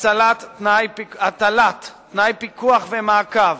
הטלת תנאי פיקוח ומעקב